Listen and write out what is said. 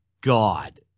God